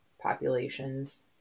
populations